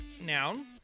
Noun